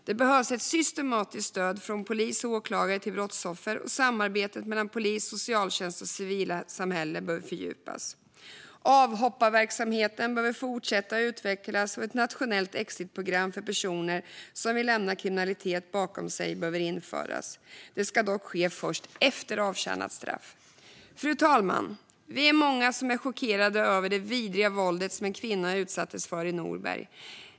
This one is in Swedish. Det behövs ett systematiskt stöd från polis och åklagare till brottsoffer, och samarbetet mellan polis, socialtjänst och civilsamhälle behöver fördjupas. Avhopparverksamheten behöver fortsätta att utvecklas, och ett nationellt exitprogram för personer som vill lämna kriminalitet bakom sig behöver införas. Det ska dock ske först efter avtjänat straff. Fru talman! Vi är många som är chockerade över det vidriga våldet som en kvinna utsattes för i Norberg.